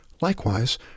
Likewise